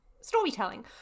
storytelling